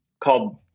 called